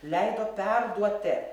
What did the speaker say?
leido perduoti